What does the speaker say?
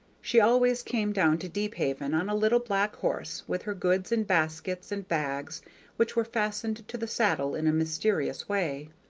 she always came down to deephaven on a little black horse, with her goods in baskets and bags which were fastened to the saddle in a mysterious way.